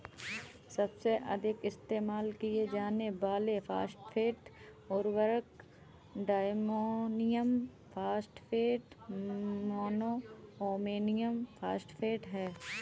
सबसे अधिक इस्तेमाल किए जाने वाले फॉस्फेट उर्वरक diammonium phosphate, mono ammonium phosphate हैं